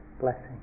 blessing